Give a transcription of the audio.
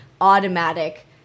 automatic